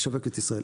לשווק את ישראל.